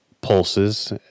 pulses